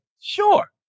Sure